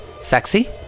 sexy